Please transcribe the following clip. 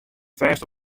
fêst